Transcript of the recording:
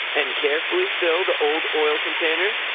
and carefully fill the old oil container